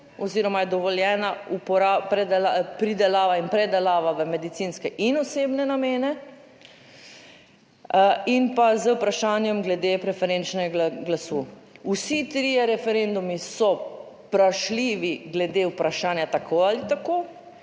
oziroma je dovoljena pridelava in predelava v medicinske in osebne namene in pa z vprašanjem glede preferenčnega glasu. Vsi trije referendumi so vprašljivi glede vprašanja tako ali tako.